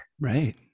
Right